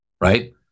right